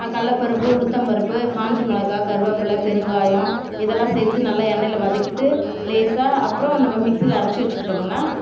கடல்லப் பருப்பு உளுத்தம் பருப்பு காஞ்ச மிளகா கருவேப்பில பெருங்காயம் இதெல்லாம் சேர்த்து நல்லா எண்ணெயில் வதக்கிட்டு லேசாக அப்புறம் நம்ம மிக்சியில் அரைச்சி வச்சிக்கிட்டோன்னா